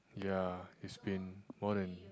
ya it's been more than